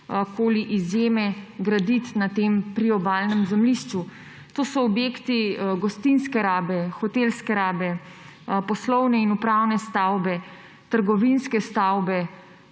koli izjeme graditi na tem priobalnem zemljišču. To so objekti gostinske rabe, hotelske rabe, poslovne in upravne stavbe, trgovinske stavbe,